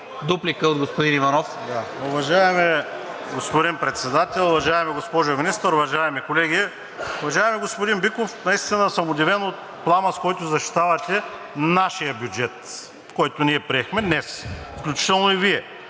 Дуплика от господин Иванов.